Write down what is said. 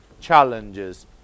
challenges